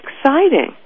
exciting